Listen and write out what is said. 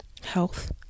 health